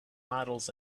models